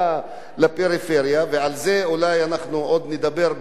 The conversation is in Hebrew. ועל זה אולי אנחנו עוד נדבר בוועדת הבריאות,